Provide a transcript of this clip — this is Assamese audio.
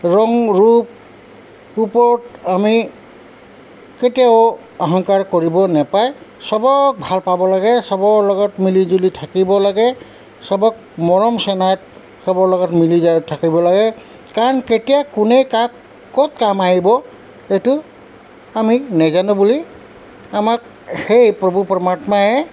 ৰং ৰূপ ওপৰত আমি কেতিয়াও অহংকাৰ কৰিব নাপায় চবক ভাল পাব লাগে চবৰ লগত মিলিজুলি থাকিব লাগে চবক মৰম চেনেহ চবৰ লগত মিলি যাই থাকিব লাগে কাৰণ কেতিয়া কোনে কাক ক'ত কাম আহিব এইটো আমি নাজানো বুলি আমাক সেই প্ৰভু পৰ্মাত্মাই